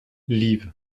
liv